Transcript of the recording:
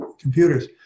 computers